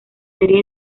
series